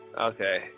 okay